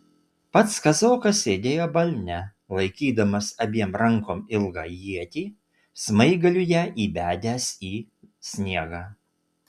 pats kazokas sėdėjo balne laikydamas abiem rankom ilgą ietį smaigaliu ją įbedęs į sniegą